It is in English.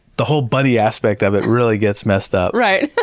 the whole bunny aspect of it really gets messed up. right. but